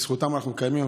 בזכותם אנחנו קיימים.